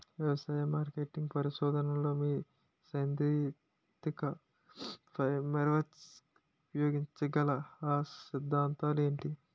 వ్యవసాయ మార్కెటింగ్ పరిశోధనలో మీ సైదాంతిక ఫ్రేమ్వర్క్ ఉపయోగించగల అ సిద్ధాంతాలు ఏంటి?